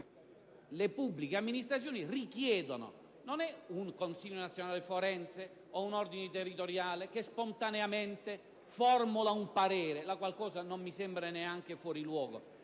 le pubbliche amministrazioni richiedono. Non è un Consiglio nazionale forense o un ordine territoriale che spontaneamente formula un parere, la qual cosa non mi sembra neanche fuori luogo: